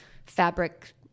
fabric